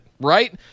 right